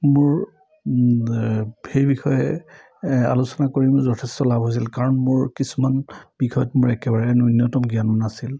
মোৰ সেই বিষয়ে আলোচনা কৰি মোৰ যথেষ্ট লাভ হৈছিল কাৰণ মোৰ কিছুমান বিষয়ত মোৰ একেবাৰে ন্যূনতম জ্ঞানো নাছিল